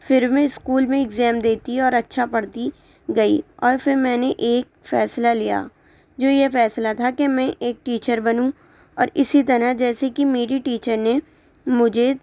پھر میں اسکول میں ایگزیم دیتی اور اچھا پڑھتی گئی اور پھر میں نے ایک فیصلہ لیا جو یہ فیصلہ تھا کہ میں ایک ٹیچر بنوں اور اسی طرح جیسے کہ میری ٹیچر نے مجھے